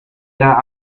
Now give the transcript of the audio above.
era